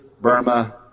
Burma